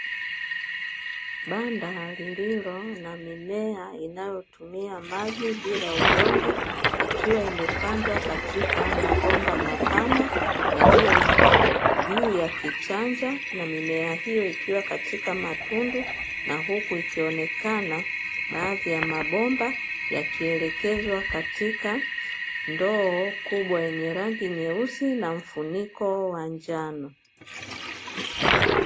Banda lililo na mimea inayotumia maji bila udongo ikiwa imepandwa katika mabomba mapana yaliyo juu ya kichanja, na mimea hiyo ikiwa katika matundu. Na huku ikionekana baadhi ya mabomba yakielekezwa katika ndoo kubwa yenye rangi nyeusi na mfuniko wa njano.